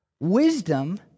Wisdom